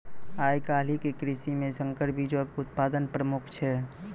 आइ काल्हि के कृषि मे संकर बीजो के उत्पादन प्रमुख छै